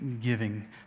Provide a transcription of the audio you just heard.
giving